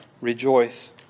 rejoice